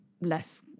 less